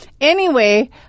Anyway-